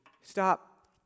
Stop